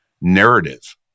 narrative